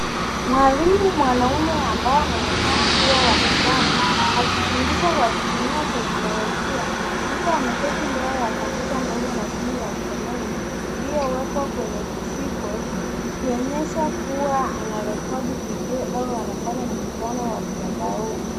Mwalimu mwanaume ambaye anaonekana kuwa wa makamo, akifundisha kwa kutumia teknolojia yuko ameketi mbele ya komputa ndogo na simu ya mkononi iliyowekwa kwenye (cs)keyboard (cs)ikionyesha kuwa anarekodi video au anafanya mkutano wa mtandaoni.